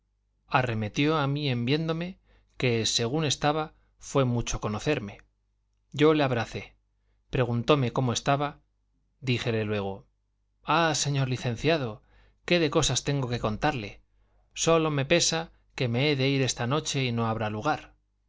arremetió a mí en viéndome que según estaba fue mucho conocerme yo le abracé preguntóme cómo estaba díjele luego ah señor licenciado qué de cosas tengo que contarle sólo me pesa de que me he de ir esta noche y no habrá lugar